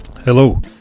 Hello